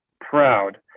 proud